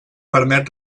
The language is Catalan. permet